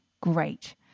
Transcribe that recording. Great